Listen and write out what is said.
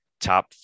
top